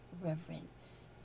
reverence